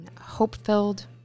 hope-filled